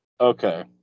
Okay